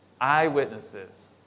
eyewitnesses